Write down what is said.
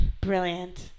Brilliant